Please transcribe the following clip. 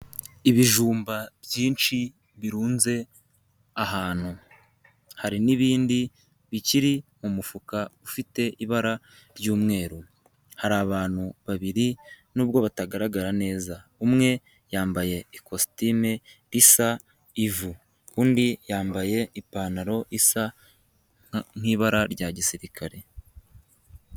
Ibijumba byinshi birunze ahantu, hari n'ibindi bikiri mu mufuka ufite ibara ry'umweru. Hari abantu babiri nubwo batagaragara neza umwe yambaye ikositimu risa ivu undi yambaye ipantaro isa nk'ibara rya gisirikari.